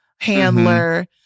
handler